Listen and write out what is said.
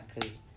cause